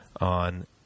on